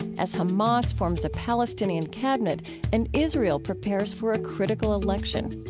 as hamas forms a palestinian cabinet and israel prepares for a critical election.